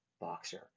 boxer